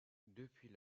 depuis